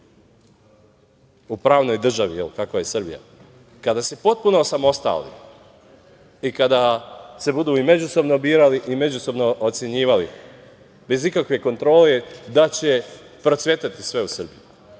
u pravnoj državi kakva je Srbija, kada se potpuno osamostali i kada se budu i međusobno birali i međusobno ocenjivali, bez ikakve kontrole, da će procvetati sve u Srbiji. Moram